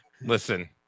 Listen